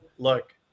Look